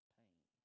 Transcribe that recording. pain